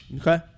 Okay